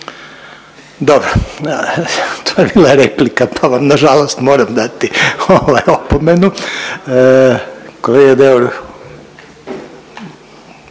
(HDZ)** To je bila replika, to vam na žalost moram dati opomenu. Kolega Deur